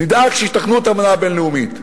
נדאג שיתקנו את האמנה הבין-לאומית.